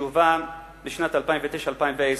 שהובא ב-2009 2010,